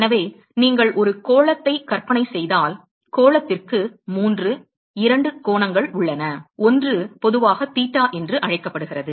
எனவே நீங்கள் ஒரு கோளத்தை கற்பனை செய்தால் கோளத்திற்கு 3 இரண்டு கோணங்கள் உள்ளன ஒன்று பொதுவாக தீட்டா என்று அழைக்கப்படுகிறது